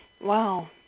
wow